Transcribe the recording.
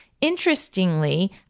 interestingly